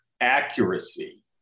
accuracy